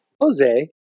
Jose